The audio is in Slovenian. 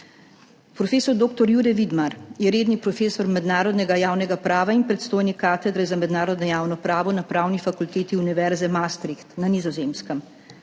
Prof. dr. Jure Vidmar je redni profesor mednarodnega javnega prava in predstojnik katedre za mednarodno javno pravo na Pravni fakulteti univerze Maastricht na Nizozemskem.